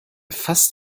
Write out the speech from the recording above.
fast